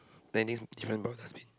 then it's different from the dustbin